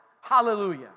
Hallelujah